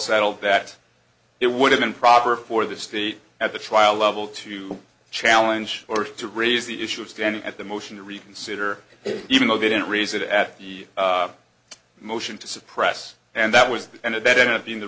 settled that it would have been proper for the state at the trial level to challenge or to raise the issue of standing at the motion to reconsider it even though they didn't raise it at the motion to suppress and that was an event being the